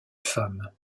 femme